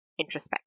introspect